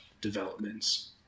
developments